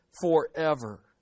forever